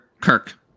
Kirk